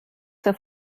zur